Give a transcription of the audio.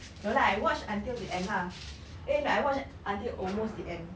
no lah I watched until the end lah eh no I watched until almost the end